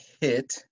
hit